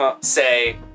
say